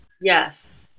yes